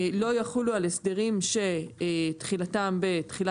לא יחולו על הסדרים שתחילתם בתחילת